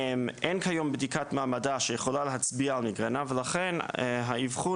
אין כיום בדיקת מעבדה שיכולה להצביע על מיגרנה ולכן האבחון